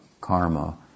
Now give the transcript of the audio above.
karma